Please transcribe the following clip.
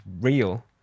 real